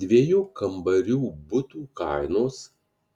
dviejų kambarių butų kainos